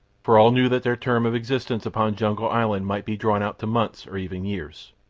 for all knew that their term of existence upon jungle island might be drawn out to months, or even years.